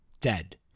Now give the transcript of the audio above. Dead